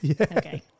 Okay